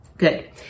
Good